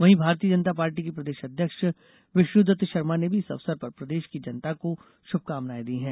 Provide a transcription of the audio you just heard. वहीं भारतीय जनता पार्टी के प्रदेश अध्यक्ष विष्णुदत्त शर्मा ने भी इस अवसर पर प्रदेश की जनता को शुभकामनाए दी हैं